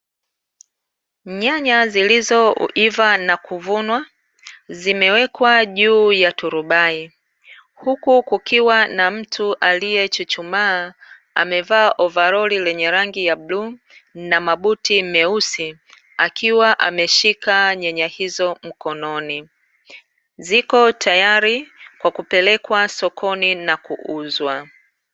Nyanya zilizoiva na kuvunwa, zimewekwa juu ya turubai. Huku kukiwa na mtu aliyechuchumaa, amevaa ovaroli lenye rangi ya bluu, na mabuti meusi akiwa ameshika nyanya hizo mkononi. Ziko tayari, kwa kupelekwa sokoni na kuuzwa.